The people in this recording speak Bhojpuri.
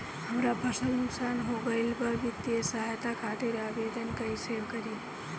हमार फसल नुकसान हो गईल बा वित्तिय सहायता खातिर आवेदन कइसे करी?